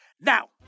Now